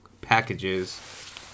packages